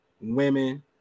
women